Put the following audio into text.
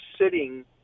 sitting